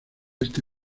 este